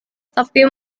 tetapi